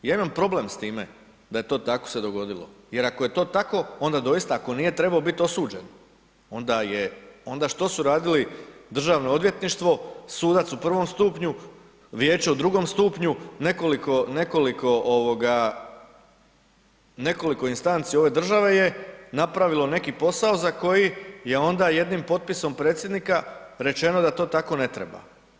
Ja imam problem s time da se to tako dogodilo jer ako je to tako onda doista ako nije trebao biti osuđen onda što su radili Državno odvjetništvo, sudac u prvom stupnju, vijeće u drugom stupnju, nekoliko instanci ove države je napravilo neki posao za koji je onda jednim potpisom predsjednika rečeno da to tako ne treba.